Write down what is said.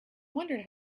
wondered